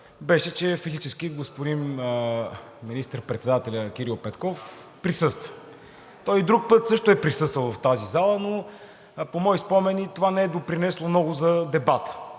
беше, че физически господин министър-председателят Кирил Петков присъства. Той и друг път също е присъствал в тази зала, но по мои спомени това не е допринесло много за дебата.